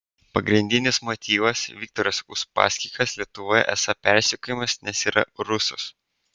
pagrindinis motyvas viktoras uspaskichas lietuvoje esą persekiojamas nes yra rusas